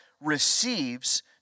receives